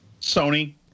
Sony